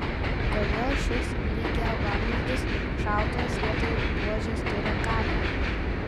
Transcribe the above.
kodėl šis lygiavamzdis šautuvas vietoje buožės turi kablį